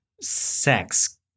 sex